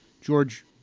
George